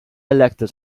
elected